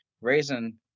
raisin